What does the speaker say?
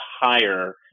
higher